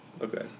Okay